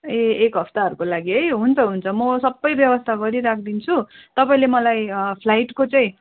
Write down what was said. ए एक हफ्ताहरूको लागि है हुन्छ हुन्छ म सबै व्यवस्था गरी राखिदिन्छु तपाईँले मलाई फ्लाइटको चाहिँ